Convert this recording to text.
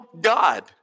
God